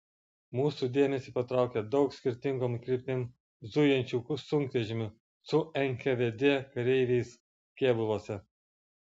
mūsų dėmesį patraukė daug skirtingom kryptim zujančių sunkvežimių su nkvd kareiviais kėbuluose